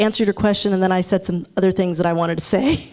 answered a question and then i said some other things that i wanted to say